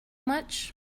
much